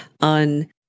on